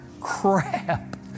crap